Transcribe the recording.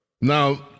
Now